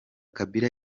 kabila